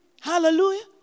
Hallelujah